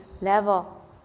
level